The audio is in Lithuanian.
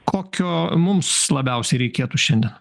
kokio mums labiausiai reikėtų šiandien